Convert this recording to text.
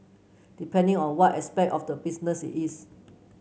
depending on what aspect of the business it is